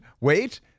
wait